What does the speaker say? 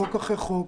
חוק אחרי חוק,